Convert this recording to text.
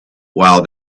while